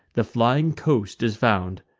the flying coast is found.